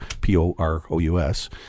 P-O-R-O-U-S